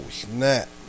snap